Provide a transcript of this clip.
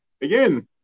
again